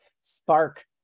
spark